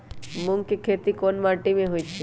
मूँग के खेती कौन मीटी मे होईछ?